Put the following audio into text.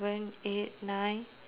eight nine